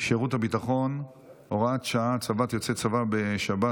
שירות ביטחון (הוראת שעה) (הצבת יוצאי צבא בשירות בתי הסוהר)